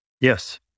Yes